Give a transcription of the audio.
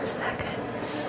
seconds